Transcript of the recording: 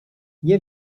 nie